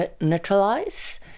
neutralize